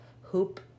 hoop